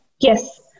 Yes